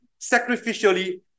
sacrificially